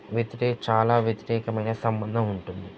వ్యతిరే చాలా వ్యతిరేకమైన సంబంధం ఉంటుంది